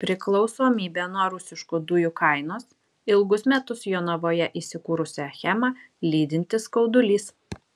priklausomybė nuo rusiškų dujų kainos ilgus metus jonavoje įsikūrusią achemą lydintis skaudulys